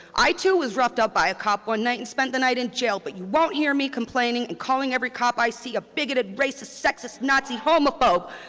i too was roughed up by a cop one night and spent the night in jail but you won't hear me complaining and calling every cop i see a bigoted racist sexist nazi homophobe.